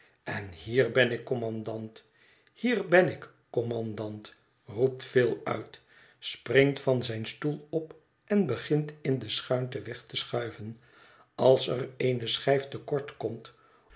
en hier ben ik kommandant hier ben ik kommandant i roept phil uit springt van zijn stoel op en begint in de schuinte weg te schuiven als er eene schijf te kort komt